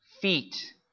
feet